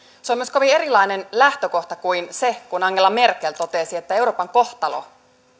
se on myös kovin erilainen lähtökohta kuin se kun angela merkel totesi että euroopan kohtalo